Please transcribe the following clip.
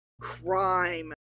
crime